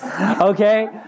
Okay